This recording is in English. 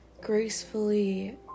gracefully